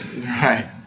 Right